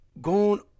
gone